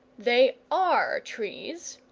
they are trees,